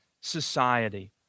society